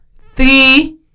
three